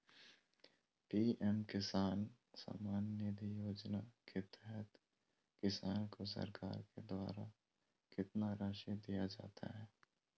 PM Kisan Samman Nidhi योजना के तहत किसान को सरकार के द्वारा कितना रासि दिया जाता है?